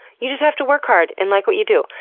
you just have to work hard and like what you do.